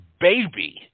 baby